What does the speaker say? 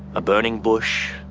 a burning bush,